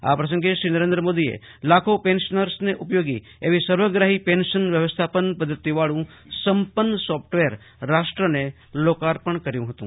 આ પ્રસંગે શ્રી નરેન્દ્ર મોદીએ લાખો પેન્સનર્સને ઉપયોગી એવી સર્વગ્રાહી પેન્સ વ્યવસ્થાપન પધ્ધતિવાળુ સંપન્ન સોફટવેર રાષટ્રને અર્પણ કર્યુ હતું